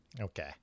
Okay